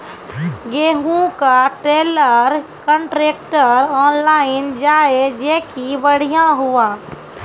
गेहूँ का trailer contractor online जाए जैकी बढ़िया हुआ